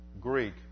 Greek